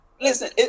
listen